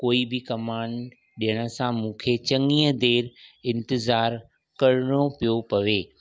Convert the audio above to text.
कोई बि कमांड ॾियण सां मूंखे चंङीअ देरि इंतिज़ारु करिणो पियो पवे